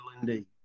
indeed